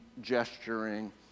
gesturing